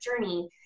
journey